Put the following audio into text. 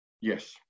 Yes